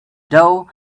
dough